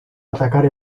atacar